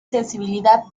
sensibilidad